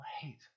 hate